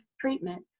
treatment